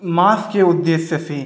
मांस के उद्देश्य से